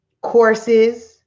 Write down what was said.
courses